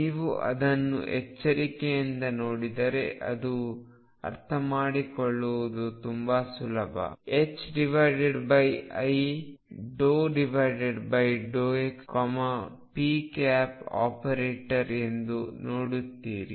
ನೀವು ಅದನ್ನು ಎಚ್ಚರಿಕೆಯಿಂದ ನೋಡಿದರೆ ಅದನ್ನು ಅರ್ಥಮಾಡಿಕೊಳ್ಳುವುದು ತುಂಬಾ ಸುಲಭ i ∂x p ಆಪರೇಟರ್ ಎಂದು ನೋಡುತ್ತೀರಿ